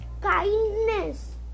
kindness